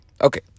Okay